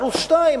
ערוץ-2,